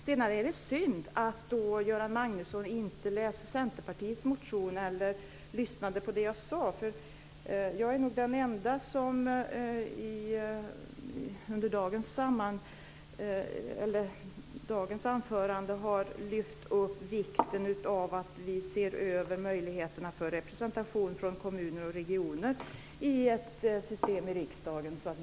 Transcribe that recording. Det är synd att Göran Magnusson inte har läst Centerpartiets motion och inte lyssnade på det som jag sade. Jag är nog den enda som under dagens anföranden har lyft upp vikten av att vi ser över möjligheterna för representation från kommuner och regioner i ett system i riksdagen.